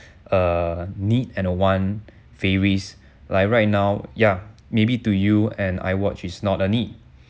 a need and a want varies like right now ya maybe to you an iwatch is not a need